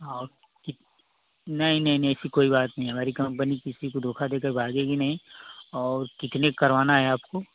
और कित नहीं नहीं नहीं ऐसे कोई बात नहीं है हमारी कम्पनी किसी को धोखा देकर भागेगी नहीं और कितने का करवाना है आपको